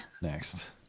next